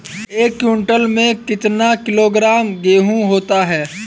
एक क्विंटल में कितना किलोग्राम गेहूँ होता है?